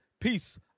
Peace